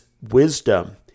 wisdom